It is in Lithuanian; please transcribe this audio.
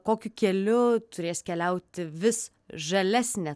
kokiu keliu turės keliauti vis žalesne